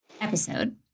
episode